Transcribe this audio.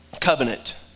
covenant